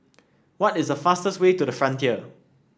what is the fastest way to the Frontier